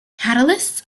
catalysts